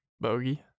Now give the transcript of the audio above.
Bogey